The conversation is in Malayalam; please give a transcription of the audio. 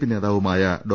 പി നേതാവുമായ ഡോ